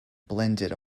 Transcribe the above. blended